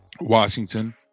Washington